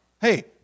Hey